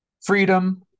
freedom